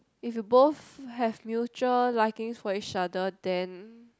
if you both have mutual liking for each other then